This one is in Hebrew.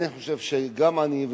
אני חושב שגם אני,